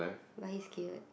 why he is cute